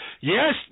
Yes